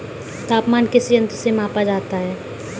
तापमान किस यंत्र से मापा जाता है?